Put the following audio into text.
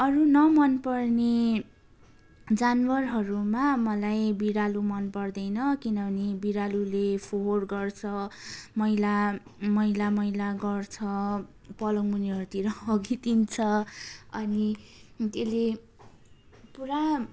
अरू नमनपर्ने जनावरहरूमा मलाई बिरालो मनपर्दैन किनभने बिरालोले फोहोर गर्छ मैला मैला मैला गर्छ पलङमुनिहरूतिर हगिदिन्छ अनि त्यसले पुरा